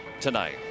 tonight